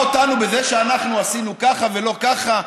אותנו בזה שאנחנו עשינו ככה ולא ככה,